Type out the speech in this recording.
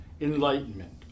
enlightenment